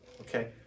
Okay